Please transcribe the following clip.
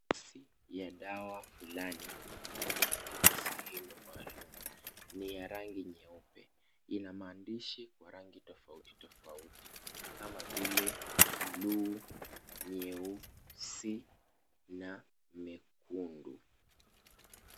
Boksi ya dawa fulani, imewekwa katika sehemu maalum. Ni ya rangi nyeupe. Ina maandishi kwa rangi tofauti tofauti, kama vile bluu, nyeusi na nyekundu.